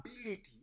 ability